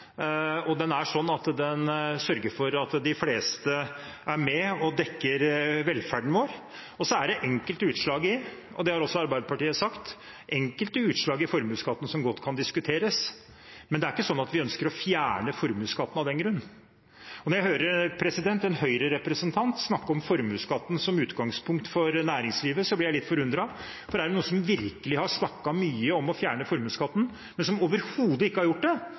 er den gjennomtenkt, og den er i utgangspunktet god. Den er sånn at den sørger for at de fleste er med og dekker velferden vår. Så er det enkelte utslag i formuesskatten som godt kan diskuteres, det har også Arbeiderpartiet sagt, men det er ikke sånn at vi ønsker å fjerne formuesskatten av den grunn. Når jeg hører en Høyre-representant snakke om formuesskatten som utgangspunkt for næringslivet, blir jeg litt forundret, for er det noen som virkelig har snakket mye om å fjerne formuesskatten, men som overhodet ikke har gjort det,